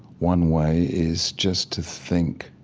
one way is just to think,